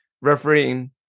refereeing